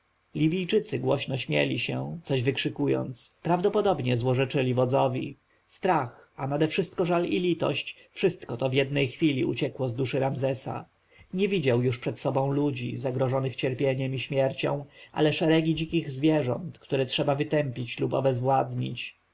ukrop libijczycy głośno śmieli się coś wykrzykując prawdopodobnie złorzeczyli wodzowi strach a nadewszystko żal i litość wszystko to w jednej chwili uciekło z duszy ramzesa nie widział już przed sobą ludzi zagrożonych cierpieniem i śmiercią ale szeregi dzikich zwierząt które trzeba wytępić lub obezwładnić